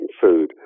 food